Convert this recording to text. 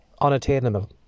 unattainable